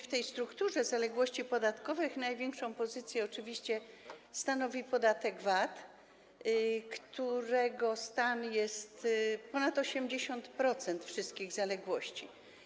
W strukturze zaległości podatkowych największą pozycję oczywiście stanowi podatek VAT, który wynosi ponad 80% wszystkich zaległości.